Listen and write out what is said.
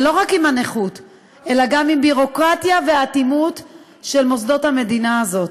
ולא רק עם הנכות אלא גם עם ביורוקרטיה ואטימות של מוסדות המדינה הזאת.